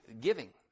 giving